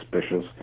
suspicious